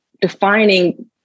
defining